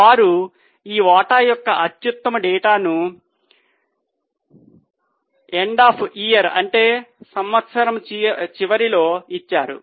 వారు ఈ వాటా యొక్క అత్యుత్తమ డేటాను e o y అంటే సంవత్సరం చివరిలో ఇచ్చారు